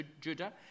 Judah